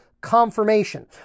confirmation